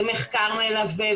ומחקר מלווה,